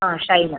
ആ ഷൈന